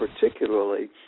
particularly